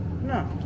No